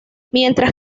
mientras